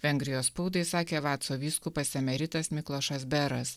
vengrijos spaudai sakė vatso vyskupas emeritas miklošas beras